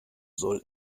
soll